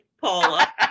Paula